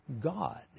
God